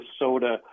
Minnesota